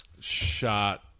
Shot